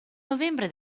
novembre